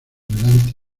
delante